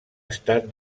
estat